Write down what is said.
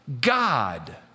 God